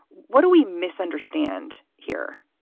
what do we misunderstand here?